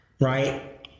right